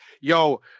yo